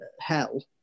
hell